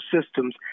systems